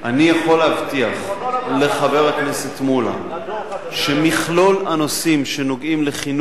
אני יכול להבטיח לחבר הכנסת מולה שמכלול הנושאים שנוגעים לחינוך